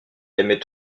l’aimait